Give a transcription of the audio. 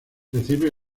recibe